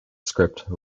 script